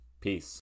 peace